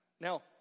Now